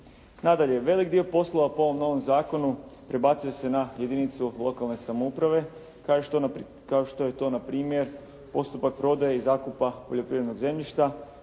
Nadalje, velik dio poslova po ovom novom zakonu prebacuje se na jedinicu lokalne samouprave kao što je to na primjer postupak prodaje i zakupa poljoprivrednog zemljišta